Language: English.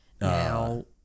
Now